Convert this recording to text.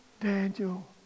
Daniel